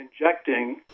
injecting